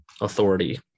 authority